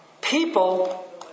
people